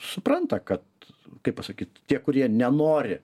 supranta kad kaip pasakyt tie kurie nenori